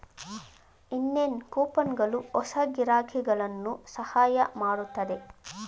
ಇನ್ನೇನ್ ಕೂಪನ್ಗಳು ಹೊಸ ಗಿರಾಕಿಗಳನ್ನು ಸಹಾಯ ಮಾಡುತ್ತದೆ